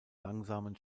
langsamen